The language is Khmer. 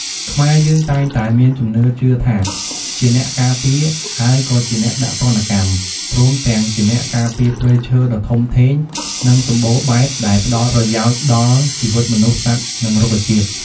ខ្មែរយើងតែងតែមានជំនឿជឿថា ជាអ្នកការពារ ហើយក៏ជាអ្នកដាក់ទណ្ឌកម្ម ព្រមទាំងជាអ្នកការពារព្រៃឈើដ៏ធំធេង និងសម្បូរបែបដែលផ្ដល់ប្រយោជន៍ដល់ជីវិតមនុស្ស សត្វ និងរុក្ខជាតិ។